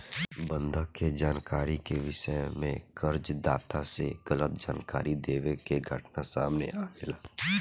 बंधक के जानकारी के विषय में कर्ज दाता से गलत जानकारी देवे के घटना सामने आवेला